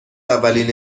اولین